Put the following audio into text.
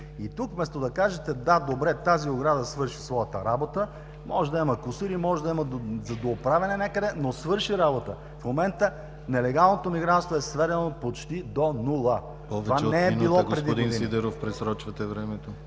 И тук вместо да кажете: „Да, добре, тази ограда свърши своята работа, може да има кусури, може да има за дооправяне някъде, но свърши работа.“ В момента нелегалното мигрантство е сведено почти до нула. Това не е било преди.